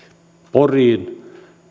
poriin